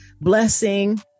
blessing